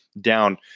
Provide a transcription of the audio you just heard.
down